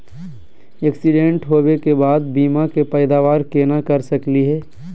Accident होवे के बाद बीमा के पैदावार केना कर सकली हे?